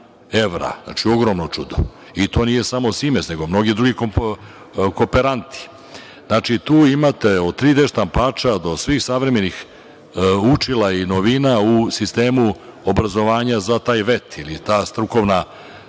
evra. Znači, ogromno čudo, i to nije samo „Simens“, već i mnogi drugi kooperanti. Znači, tu imate od 3d-štampača do svih savremenih učila, novina u sistemu obrazovanju za taj VET ili ta strukovna priča.21/3